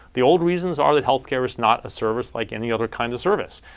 the old reasons are that health care is not a service like any other kind of service.